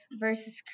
versus